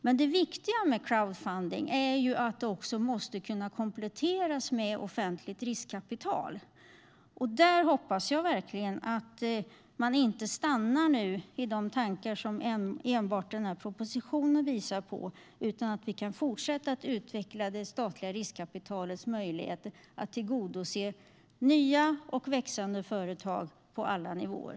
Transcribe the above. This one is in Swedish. Men det viktiga med crowdfunding är att det måste kunna kompletteras med offentligt riskkapital. Jag hoppas att man inte stannar vid de tankar som enbart den här propositionen visar på, utan att vi kan fortsätta utveckla det statliga riskkapitalets möjligheter att tillgodose nya och växande företag på alla nivåer.